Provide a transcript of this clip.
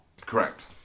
Correct